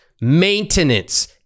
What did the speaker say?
maintenance